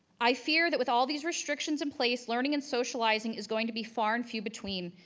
i fear that with all these restrictions in place, learning and socializing is going to be far and few between,